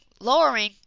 lowering